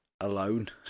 alone